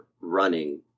running